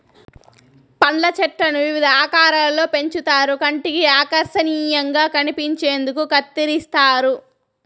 పండ్ల చెట్లను వివిధ ఆకారాలలో పెంచుతారు కంటికి ఆకర్శనీయంగా కనిపించేందుకు కత్తిరిస్తారు